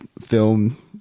film